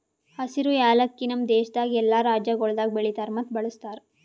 ಹಸಿರು ಯಾಲಕ್ಕಿ ನಮ್ ದೇಶದಾಗ್ ಎಲ್ಲಾ ರಾಜ್ಯಗೊಳ್ದಾಗ್ ಬೆಳಿತಾರ್ ಮತ್ತ ಬಳ್ಸತಾರ್